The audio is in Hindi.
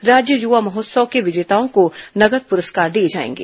राज्य युवा महोत्सव के विजेताओं को नगद पुरस्कार दिए जाएंगे